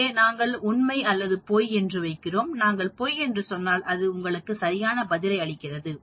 இங்கே நாங்கள் உண்மை அல்லது பொய் என்று வைக்கிறோம் நாங்கள் பொய் என்று சொன்னால் அது உங்களுக்கு சரியான பதிலை அளிக்கிறது